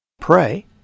pray